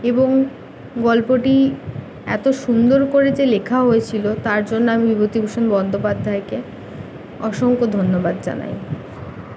এবং গল্পটি এত সুন্দর করে যে লেখা হয়েছিলো তার জন্য আমি বিভূতিভূষণ বন্ধোপাধ্যায়কে অসংখ্য ধন্যবাদ জানাই